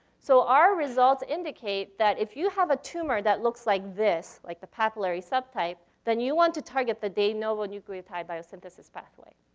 so our results indicate that if you have a tumor that looks like this, like the papillary subtype, then you want to target the de novo nucleotide biosynthesis pathway.